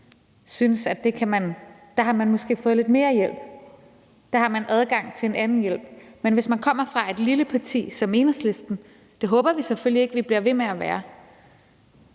godt, for der har man måske fået lidt mere hjælp; der har man adgang til en anden hjælp. Men hvis man kommer fra et lille parti som Enhedslisten – og det håber vi selvfølgelig ikke vi bliver ved med at være